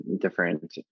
different